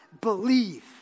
believe